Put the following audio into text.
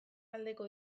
aldeko